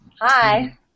Hi